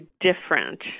different